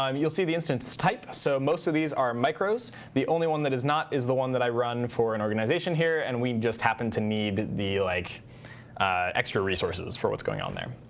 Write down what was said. um you'll see the instance type. so most of these are micros. the only one that is not is the one that i run for an organization here. and we just happen to need the like extra resources for what's going on there.